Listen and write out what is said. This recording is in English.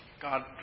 God